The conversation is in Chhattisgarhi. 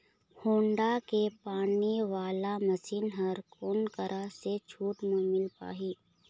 होण्डा के पानी वाला मशीन हर कोन करा से छूट म मिल पाही?